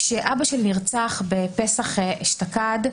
כשאבא שלי נרצח, בפסח אשתקד,